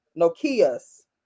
Nokia's